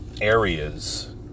areas